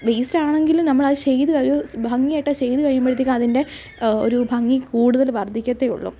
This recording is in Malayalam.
വേയ്സ്റ്റാണെങ്കിലും നമ്മളത് ചെയ്തു ഒരു ഭംഗിയായിട്ട് ചെയ്തുകഴിയുമ്പോഴത്തേക്കും അതിൻ്റെ ഒരു ഭംഗി കൂടുതൽ വർദ്ധിക്കത്തേ ഉള്ളൂ